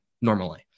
normally